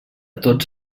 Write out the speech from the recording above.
tots